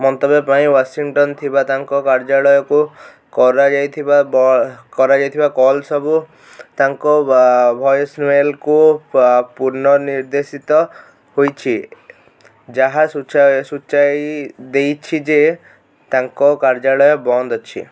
ମନ୍ତବ୍ୟ ପାଇଁ ୱାଶିଂଟନ୍ ଥିବା ତାଙ୍କ କାର୍ଯ୍ୟାଳୟକୁ କରାଯାଇଥିବା କରାଯାଇଥିବା କଲ୍ ସବୁ ତାଙ୍କ ଭଏସ୍ ମେଲ୍କୁ ପୁନଃ ନିର୍ଦ୍ଦେଶିତ ହୋଇଛି ଯାହା ସୂଚାଇ ଦେଇଛି ଯେ ତାଙ୍କ କାର୍ଯ୍ୟାଳୟ ବନ୍ଦ ଅଛି